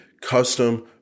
custom